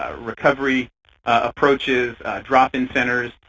ah recovery approaches, drop-in centers,